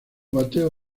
bateo